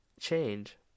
change